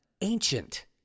ancient